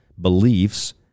beliefs